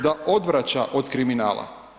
Da odvraća od kriminala.